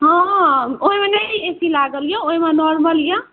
हँ ओहिमे नहि ए सी लागल यए ओहिमे नॉर्मल यए